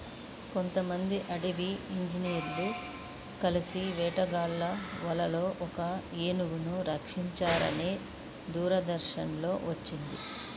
కొంతమంది అటవీ ఇంజినీర్లు కలిసి వేటగాళ్ళ వలలో ఒక ఏనుగును రక్షించారని దూరదర్శన్ లో వచ్చింది